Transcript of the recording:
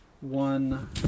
One